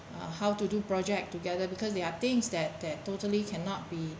how to do project together because they are things that that totally cannot be